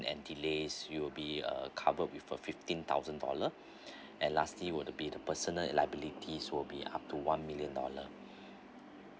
and delays you will be uh covered with a fifteen thousand dollar and lastly it would be the personally liabilities will be up to one million dollar